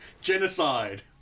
Genocide